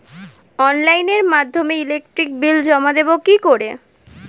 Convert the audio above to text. অনলাইনের মাধ্যমে electric bill জমা দেবো কি করে?